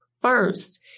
first